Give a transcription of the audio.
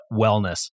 wellness